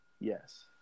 Yes